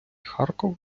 харкова